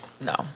No